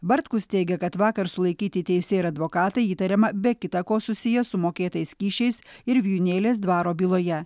bartkus teigia kad vakar sulaikyti teisėjai ir advokatai įtariama be kita ko susiję su mokėtais kyšiais ir vijūnėlės dvaro byloje